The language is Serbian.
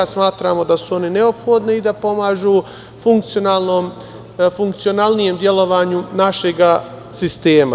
Smatramo da su one neophodne i da pomažu funkcionalnijem delovanju našeg sistema.